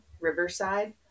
Riverside